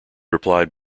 replied